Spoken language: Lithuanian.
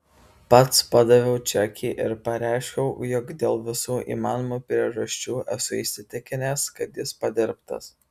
pats padaviau čekį ir pareiškiau jog dėl visų įmanomų priežasčių esu įsitikinęs kad jis padirbtas